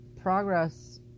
progress